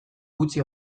utzi